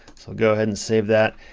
i'll go ahead and save that,